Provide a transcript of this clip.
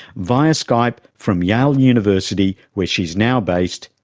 via skype from yale university where she is now based,